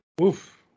Oof